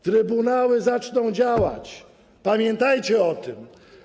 Trybunały zaczną działać, pamiętajcie o tym.